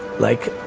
like,